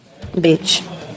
Bitch